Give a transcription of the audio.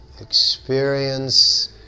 Experience